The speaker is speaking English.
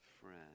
friend